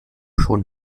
schon